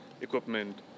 equipment